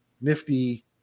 nifty